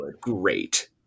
great